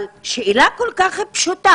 אבל שאלה כל כך פשוטה: